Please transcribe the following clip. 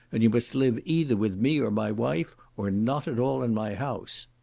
and you must live either with me or my wife, or not at all in my house.